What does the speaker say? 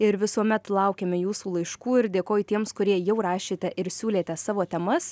ir visuomet laukiame jūsų laiškų ir dėkoju tiems kurie jau rašėte ir siūlėte savo temas